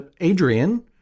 Adrian